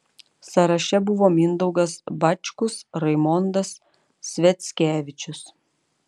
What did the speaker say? sąraše buvo mindaugas bačkus raimondas sviackevičius